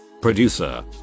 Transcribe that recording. producer